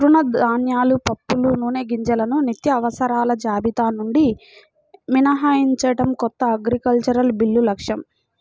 తృణధాన్యాలు, పప్పులు, నూనెగింజలను నిత్యావసరాల జాబితా నుండి మినహాయించడం కొత్త అగ్రికల్చరల్ బిల్లు లక్ష్యం